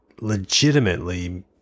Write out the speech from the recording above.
legitimately